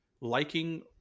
liking